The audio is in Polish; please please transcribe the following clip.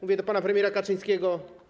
Mówię do pana premiera Kaczyńskiego.